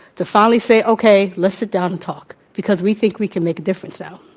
to finally say, okay, let's sit down and talk, because we think we can make a difference now.